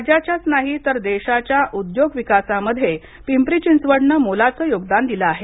राज्याच्याच नाही तर देशाच्या उद्योग विकासामध्ये पिंपरी चिंचवडने मोलाचे योगदान दिले आहे